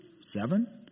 seven